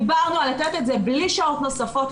דיברנו על לתת את זה בלי שעות נוספות.